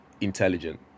intelligent